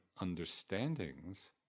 understandings